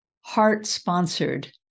heart-sponsored